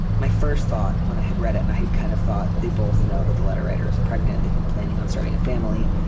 my first thought when i had read it and i had kind of thought they both know that the letter writer is pregnant. they've been planning on starting a family.